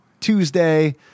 Tuesday